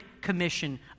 commission